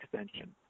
extension